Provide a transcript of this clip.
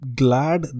glad